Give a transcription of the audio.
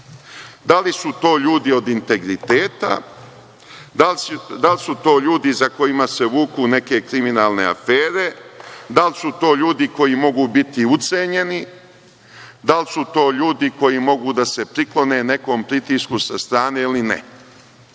da li su to ljudi od integriteta, da li su to ljudi za kojima se vuku neke kriminalne afere, da li su to ljudi koji mogu biti ucenjeni, da li su to ljudi koji mogu da se priklone nekom pritisku sa strane ili ne,